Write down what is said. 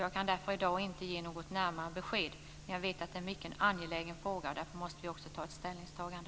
Jag kan därför i dag inte ge något närmare besked. Men jag vet att det är en mycket angelägen fråga, och därför måste vi också göra ett ställningstagande.